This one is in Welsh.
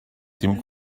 dim